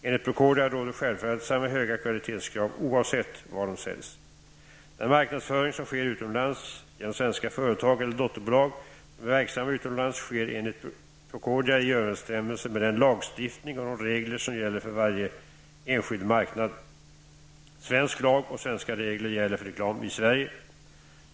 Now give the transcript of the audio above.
Enligt Procordia råder självfallet samma höga kvalitetskrav oavsett var de säljs. Den marknadsföring som sker utomlands genom svenska företag eller dotterbolag som är verksamma utomlands sker enligt Procordia i överensstämmelse med den lagstiftning och de regler som gäller för varje enskild marknad. Svensk lag och svenska regler gäller för reklam i Sverige.